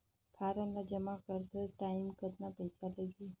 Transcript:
Form ला जमा करत टाइम कतना पइसा लगही?